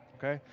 okay?